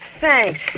Thanks